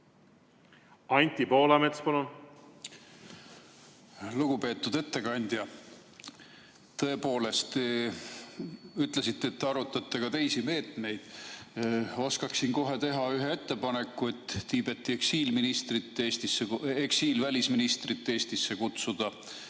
Anti Poolamets, palun! Lugupeetud ettekandja! Tõepoolest, te ütlesite, et arutate ka teisi meetmeid. Oskaksin kohe teha ühe ettepaneku: Tiibeti eksiilvälisminister Eestisse kutsuda.